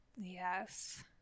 Yes